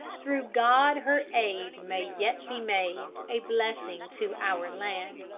through god her aid may yet be made, a blessing to our land.